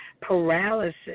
paralysis